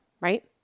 right